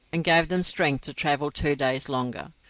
and gave them strength to travel two days longer.